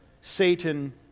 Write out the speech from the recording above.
Satan